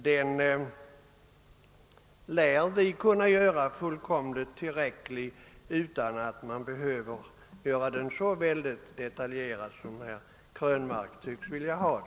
Vi lär själva kunna göra en fullkomligt tillräcklig utredning; den behöver inte vara så detaljerad som herr Krönmark tycks vilja ha den.